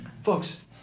Folks